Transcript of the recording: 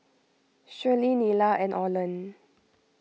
Shelley Nita and Orland